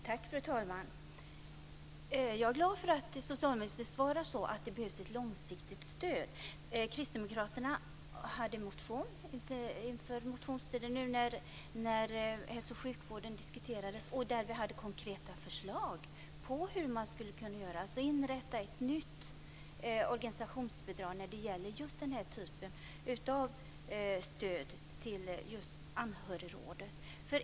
Fru talman! Jag är glad för att socialministern har svarat att det behövs ett långsiktigt stöd. Kristdemokraterna väckte en motion under allmänna motionstiden där man diskuterade hälso och sjukvården. Vi lade fram konkreta förslag på hur ett nytt organisationsbidrag kan inrättas för just den typen av stöd till Anhörigrådet.